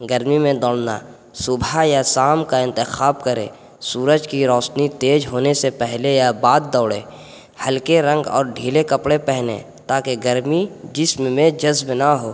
گرمی میں دوڑنا صبح یا شام کا انتخاب کریں سورج کی روشنی تیز ہونے سے پہلے یا بعد دوڑیں ہلکے رنگ اور ڈھیلے کپڑے پہنیں تاکہ گرمی جسم میں جذب نہ ہو